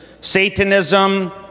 Satanism